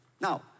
Now